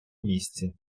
місці